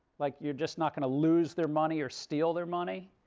like, you're just not going to lose their money or steal their money.